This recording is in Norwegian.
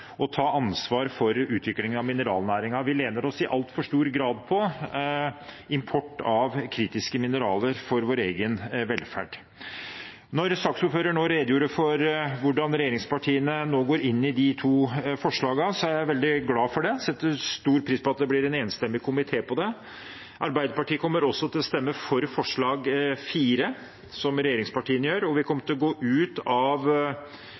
for utviklingen av mineralnæringen. Vi støtter oss i altfor stor grad til import av kritiske mineraler for vår egen velferd. Når saksordføreren nå redegjorde for hvordan regjeringspartiene nå går inn for de to forslagene, er jeg veldig glad for det. Jeg setter stor pris på at det blir en enstemmig komité på dette. Arbeiderpartiet kommer også til å stemme for forslag nr. 4, slik regjeringspartiene gjør. Vi kommer til å gå ut av